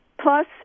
plus